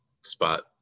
spot